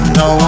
no